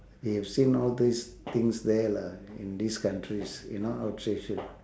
they have seen all these things there lah in these countries you know outstation